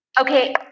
Okay